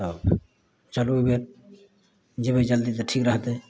तब ओ चलू ओहिमे जेबै जल्दी तऽ ठीक रहतै